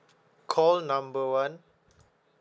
call number one